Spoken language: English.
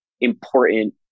important